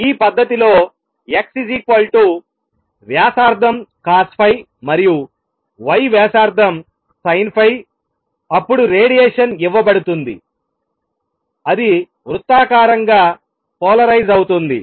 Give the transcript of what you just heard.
ఈ పద్ధతిలో x వ్యాసార్థం COS మరియు y వ్యాసార్థం Sin అప్పుడు రేడియేషన్ ఇవ్వబడుతుంది అది వృత్తాకారంగా పోలరైజ్ అవుతుంది